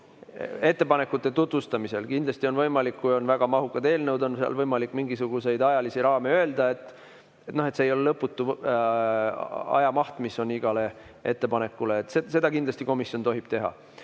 ettepanekute tutvustamisel. Kindlasti on võimalik, kui on väga mahukad eelnõud, öelda mingisuguseid ajalisi raame, et see ei ole lõputu ajamaht, mis on igale ettepanekule antud. Seda kindlasti komisjon tohib teha.